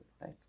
right